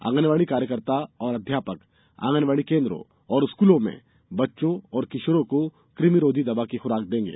आंगनवाड़ी कार्यकर्ता और अध्यापक आंगनवाड़ी केन्द्रों और स्कूलों में बच्चों और किशोरों को कुमिरोधी दवा की खुराक देंगे